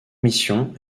mission